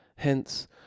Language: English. Hence